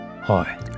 hi